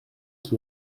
qui